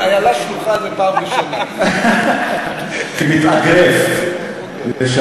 איילה שלוחה, זו הפעם הראשונה, כמתאגרף לשעבר.